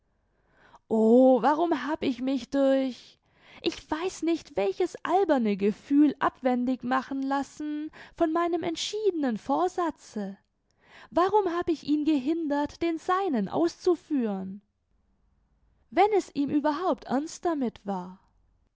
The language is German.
o warum hab ich mich durch ich weiß nicht welches alberne gefühl abwendig machen lassen von meinem entschiedenen vorsatze warum hab ich ihn gehindert den seinen auszuführen wenn es ihm überhaupt ernst damit war